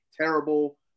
terrible